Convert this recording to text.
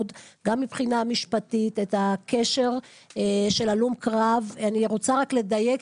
גם מבחינה משפטית את הקשר של הלום קרב אני רוצה רק לדייק,